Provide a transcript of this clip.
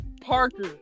Parker